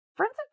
Friends